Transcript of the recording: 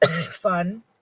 fun